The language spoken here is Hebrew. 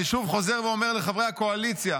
אני חוזר ואומר לחברי הקואליציה: